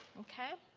okay.